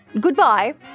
Goodbye